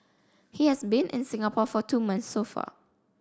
he has been in Singapore for two months so far